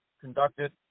conducted